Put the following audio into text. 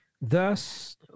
Thus